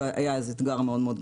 היה אז אתגר מאוד מאוד גדול,